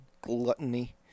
gluttony